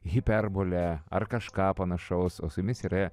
hiperbolę ar kažką panašaus o su jumis yra